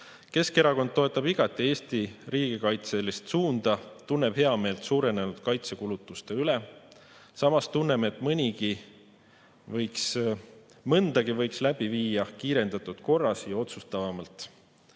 Keskerakond toetab igati Eesti riigikaitselist suunda ja tunneb heameelt suurenenud kaitsekulutuste üle. Samas tunneme, et nii mõndagi võiks läbi viia kiirendatud korras ja otsustavamalt.